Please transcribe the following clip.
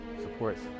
supports